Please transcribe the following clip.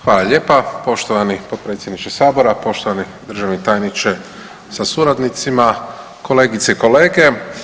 Hvala lijepa poštovani potpredsjedniče Sabora, poštovani državni tajniče sa suradnicima, kolegice i kolege.